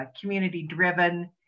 community-driven